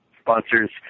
sponsors